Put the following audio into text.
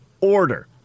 order